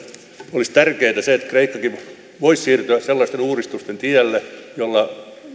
olisi tärkeää se että kreikkakin voisi siirtyä sellaisten uudistusten tielle joilla